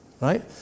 right